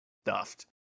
stuffed